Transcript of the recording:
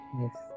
Yes